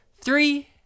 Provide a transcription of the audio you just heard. three